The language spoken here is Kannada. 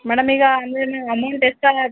ಮೇಡಮ್ ಈಗ ಅಂದರೇನೆ ಅಮೌಂಟ್ ಎಷ್ಟಾಗತ್ತೆ